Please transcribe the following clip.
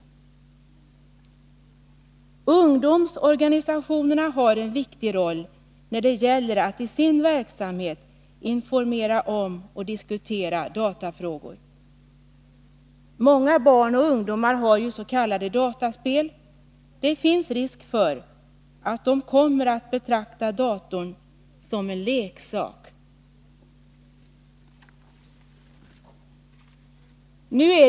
Ungdomsorganisationerna har en viktig roll när det gäller att i sin verksamhet informera om och diskutera datafrågor. Många barn och ungdomar har ju s.k. dataspel. Det finns risk för att de kommer att betrakta datorn som en leksak.